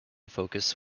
focus